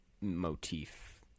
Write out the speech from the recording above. motif